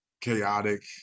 chaotic